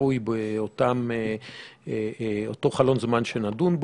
הצפוי באותו חלון זמן שנדון.